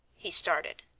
he started,